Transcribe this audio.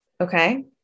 okay